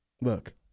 look